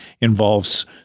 involves